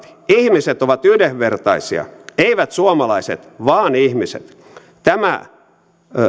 ihmiset ovat yhdenvertaisia eivät suomalaiset vaan ihmiset tämä